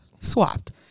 swapped